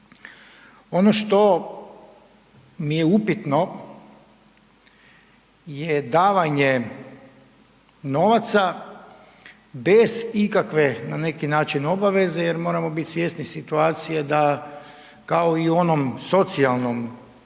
Ono što mi je upitno je davanje novaca bez ikakve, na neki način obaveze jer moramo biti situacije da kao i u onom socijalnom